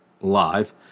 live